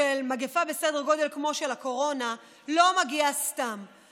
מגפה בסדר גודל כמו של הקורונה, לא מגיעה סתם.